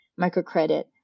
microcredit